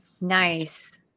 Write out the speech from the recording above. nice